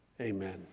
Amen